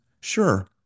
Sure